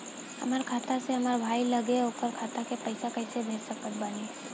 हमार खाता से हमार भाई लगे ओकर खाता मे पईसा कईसे भेज सकत बानी?